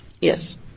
Yes